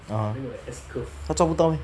(uh huh) 他抓不到 meh